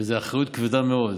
וזו אחריות כבדה מאוד.